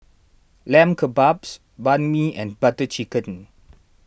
Lamb Kebabs Banh Mi and Butter Chicken